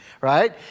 right